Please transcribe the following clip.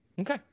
Okay